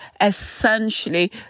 essentially